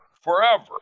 forever